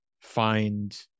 find